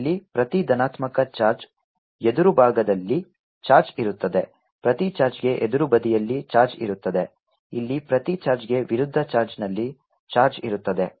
ಇಲ್ಲಿ ಪ್ರತಿ ಧನಾತ್ಮಕ ಚಾರ್ಜ್ ಎದುರು ಭಾಗದಲ್ಲಿ ಚಾರ್ಜ್ ಇರುತ್ತದೆ ಪ್ರತಿ ಚಾರ್ಜ್ಗೆ ಎದುರು ಬದಿಯಲ್ಲಿ ಚಾರ್ಜ್ ಇರುತ್ತದೆ ಇಲ್ಲಿ ಪ್ರತಿ ಚಾರ್ಜ್ಗೆ ವಿರುದ್ಧ ಚಾರ್ಜ್ನಲ್ಲಿ ಚಾರ್ಜ್ ಇರುತ್ತದೆ